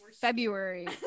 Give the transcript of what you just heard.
February